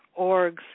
orgs